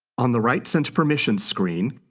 on the rights and permissions screen,